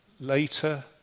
later